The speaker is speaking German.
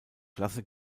klasse